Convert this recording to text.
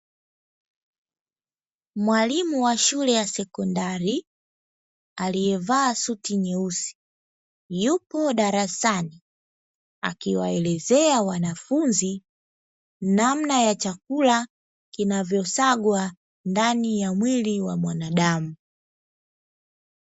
Mwalimu wa shule ya sekondari, aliyevaa suti nyeusi, yupo darasani akiwaelezea wanafunzi namna ya chakula kinavyosagwa ndani ya mwili wa mwanadamu.